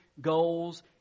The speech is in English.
goals